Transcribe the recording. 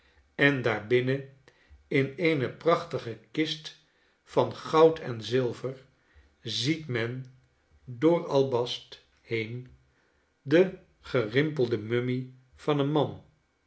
en daarbinnen in eene prachtige kist van goud en zilver ziet men door albast heen de gerimpelde mummie van een man